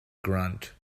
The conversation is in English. grunt